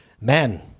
men